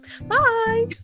bye